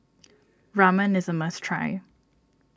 Ramen is a must try